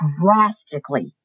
drastically